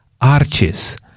arches